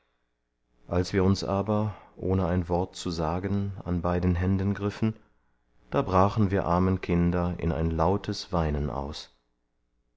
als wir uns aber ohne ein wort zu sagen an beiden händen griffen da brachen wir armen kinder in ein lautes weinen aus